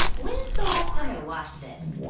when's the last time i washed this?